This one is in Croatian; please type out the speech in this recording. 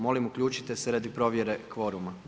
Molim uključite se radi provjere kvoruma.